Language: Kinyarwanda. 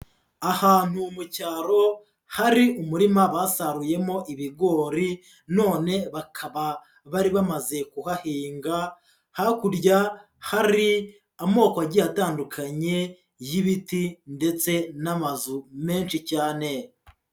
Ahantu mu cyaro, hari umurima basaruyemo ibigori, none bakaba bari bamaze kuhahinga, hakurya hari amoko agiye atandukanye y'ibiti ndetse n'amazu menshi cyane.